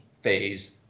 phase